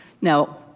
Now